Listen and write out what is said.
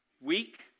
Weak